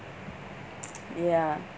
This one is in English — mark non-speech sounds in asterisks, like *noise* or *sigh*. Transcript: *noise* ya